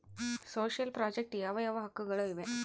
Social project ಯಾವ ಯಾವ ಹಕ್ಕುಗಳು ಇವೆ?